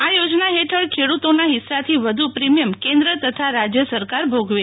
આ યોજના હેઠળ ખેડૂતોના હિસ્સાથી વધુ પ્રીમીયમ કેન્દ્ર તથા રાજ્ય સરકાર ભોગવે છે